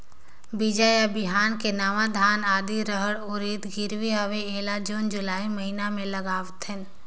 बीजा या बिहान के नवा धान, आदी, रहर, उरीद गिरवी हवे अउ एला जून जुलाई महीना म लगाथेव?